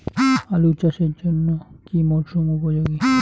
আলু চাষের জন্য কি মরসুম উপযোগী?